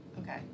Okay